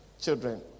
children